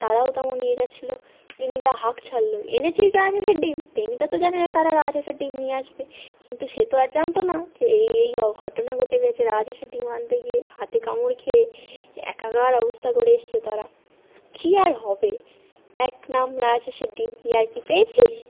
তারাও তেমন নিয়ে যাচ্ছিল টেনিদা হাঁক ছাড়ল এনেছিস রাজহাঁসের ডিম টেনিদা তো জানে তারা রাজহাঁসের ডিম নিয়ে আসবে কিন্তু সে তো আর জানত না যে এই এই অ ঘটনা ঘটে গিয়েছে রাজহাঁসের ডিম আনতে গিয়ে হাতে কামড় খেয়ে একাকার অবস্থা করে এসেছে তারা কী আর হবে এক নাম রাজহাঁসের ডিম ইয়ার্কি পেয়েছিস